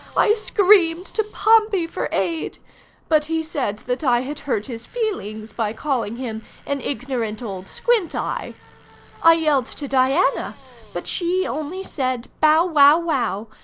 i screamed to pompey for aid but he said that i had hurt his feelings by calling him an ignorant old squint-eye i yelled to diana but she only said bow-wow-wow,